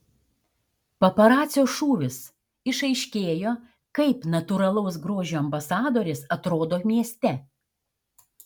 paparacio šūvis išaiškėjo kaip natūralaus grožio ambasadorės atrodo mieste